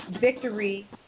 victory